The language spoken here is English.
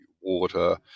water